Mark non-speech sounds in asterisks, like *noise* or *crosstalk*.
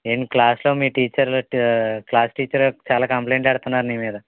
ఏంటి క్లాసులో మీ టీచర్ *unintelligible* క్లాస్ టీచర్ చాలా కంప్లైంట్ పెడుతున్నారు నీమీద